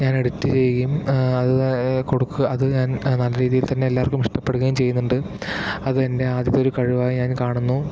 ഞാൻ എഡിറ്റ് ചെയ്യുകയും അത് കൊടുക്കു അത് ഞാൻ നല്ല രീതിയിൽ തന്നെ എല്ലാവർക്കും ഇഷ്ടപ്പെടുകയും ചെയ്യുന്നുണ്ട് അതെൻ്റെ ആദ്യത്തെ ഒരു കഴിവായി ഞാൻ കാണുന്നു